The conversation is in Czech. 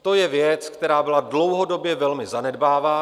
To je věc, která byla dlouhodobě velmi zanedbávána.